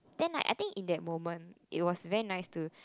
then I I think in that moment it was very nice to